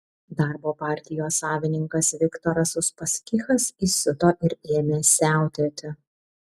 darbo partijos savininkas viktoras uspaskichas įsiuto ir ėmė siautėti